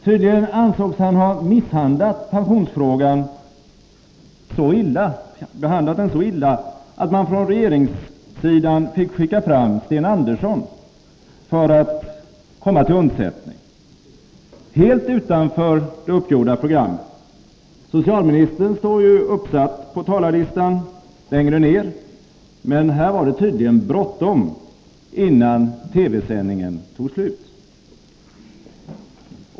Tydligen ansågs han ha behandlat pensionsfrågan så illa att man från regeringssidan fick lov att skicka fram Sten Andersson till undsättning. Det var helt utanför det uppgjorda programmet. Socialministern står ju uppsatt på talarlistan längre ned. Men här var det tydligen bråttom att ta fram honom innan TV-sändningen tog slut.